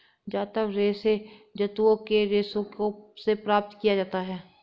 जांतव रेशे जंतुओं के रेशों से प्राप्त किया जाता है